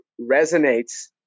resonates